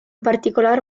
particolar